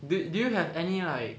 do do you have any like